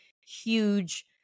huge